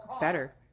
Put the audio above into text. better